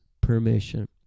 permission